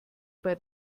bei